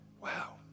Wow